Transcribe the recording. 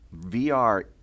VR